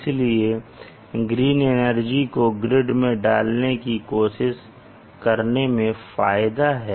इसलिए green energy को grid में डालने की कोशिश करने में फायदा है